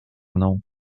mną